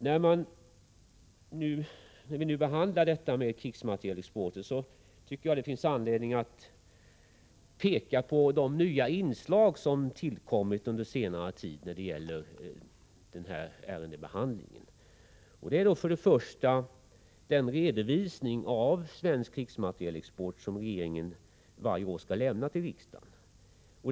När vi nu behandlar frågan om krigsmaterielexporten finns det anledning att peka på de nya inslag som har tillkommit under senare tid när det gäller behandlingen av dylika ärenden. För det första har vi den redovisning av svensk krigsmaterielexport som regeringen varje år skall lämna till riksdagen.